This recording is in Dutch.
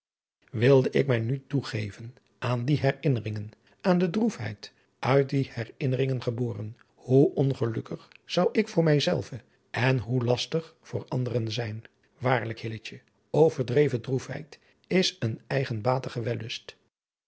wilde ik mij nu toegeven aan die herinneringen aan de droefheid uit die herinneringen geboren hoe ongelukkig zou ik voor mijzelve en hoe lastig voor anderen zijn waarlijk hilletje overdreven droefheid is een